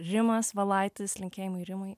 rimas valaitis linkėjimai rimui